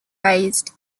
raised